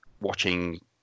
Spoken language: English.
watching